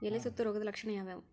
ಎಲೆ ಸುತ್ತು ರೋಗದ ಲಕ್ಷಣ ಯಾವ್ಯಾವ್?